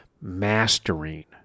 mastering